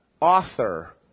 author